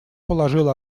положила